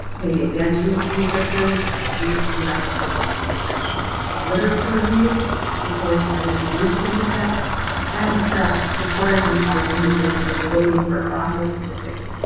maybe advanced researchers use it to conduct a focused research literature review before deciding to use a dataset and perhaps reporters and policymakers maybe looking for processed statistics